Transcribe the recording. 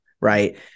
right